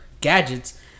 gadgets